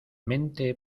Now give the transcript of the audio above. mente